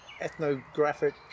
ethnographic